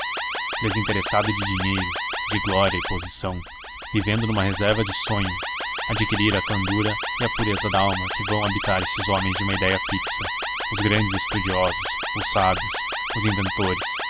desinteressado de dinheiro de glória e posição vivendo numa reserva de sonho adquirira a candura e a pureza dalma que vão habitar esses homens de uma idéia fixa os grandes estudiosos os sábios e os inventores